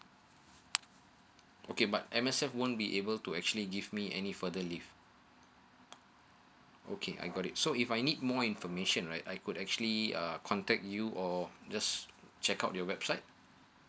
okay but M_S_F won't be able to actually give me any further leave okay I got it so if I need more information right I could actually uh contact you or just check out your website